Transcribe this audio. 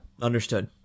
Understood